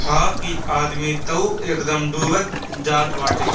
हअ कि आदमी तअ एकदमे डूब जात बाटे